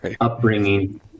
upbringing